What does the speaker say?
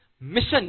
mission